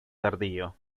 tardío